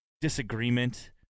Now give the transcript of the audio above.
disagreement